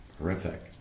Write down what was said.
horrific